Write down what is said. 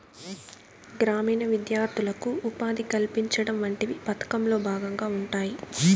గ్రామీణ విద్యార్థులకు ఉపాధి కల్పించడం వంటివి పథకంలో భాగంగా ఉంటాయి